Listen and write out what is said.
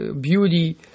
beauty